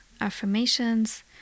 affirmations